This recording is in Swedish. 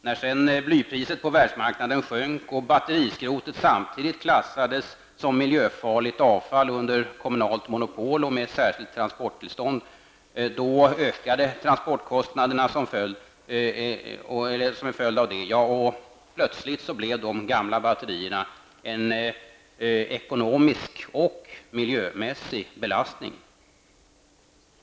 När sedan blypriset på världsmarknaden sjönk och batteriskrotet samtidigt klassades som miljöfarligt avfall under kommunalt monopol och med särskilt transporttillstånd, ökade transportkostnaderna som följd, och plötsligt blev de gamla batterierna en ekonomisk och miljömässig belastning.